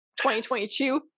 2022